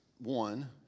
one